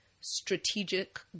strategic